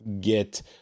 get